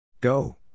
Go